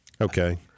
Okay